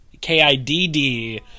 K-I-D-D